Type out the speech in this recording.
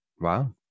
Wow